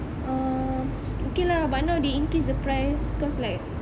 um okay lah but now they increase the price because like